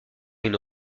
une